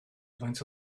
faint